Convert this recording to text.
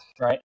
right